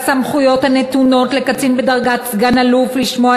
והסמכויות הנתונות לקצין בדרגת סגן-אלוף לשמוע